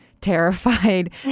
terrified